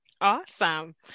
Awesome